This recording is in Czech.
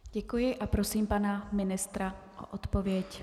Děkuji a prosím pana ministra o odpověď.